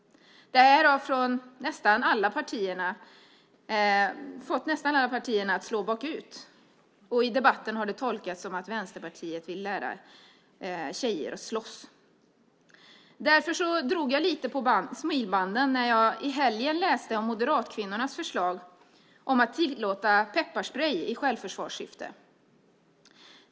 Det har fått nästan alla partier att slå bakut, och i debatten har det tolkats som att Vänsterpartiet vill lära tjejer att slåss. Därför drog jag lite på smilbanden när jag i helgen läste om moderatkvinnornas förslag om att tillåta pepparsprej i självförsvarssyfte.